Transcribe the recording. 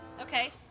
Okay